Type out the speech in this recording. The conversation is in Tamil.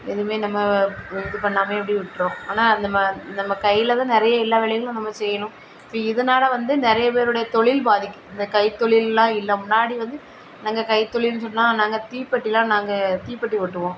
எதுவுமே நம்ம இது பண்ணாமே எப்படி விட்டுருவோம் ஆனால் அந்த நம்ம நம்ம கையில் தான் நிறைய எல்லா வேலைகளும் நம்ம செய்கிறோம் இப்போ இதனால் வந்து நிறைய பேருடைய தொழில் பாதிக்குது இந்த கைத்தொழில்லாம் இல்லை முன்னாடி வந்து நாங்க கைத்தொழில்னு சொன்னால் நாங்கள் தீப்பெட்டிலாம் நாங்கள் தீப்பெட்டி ஒட்டுவோம்